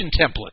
template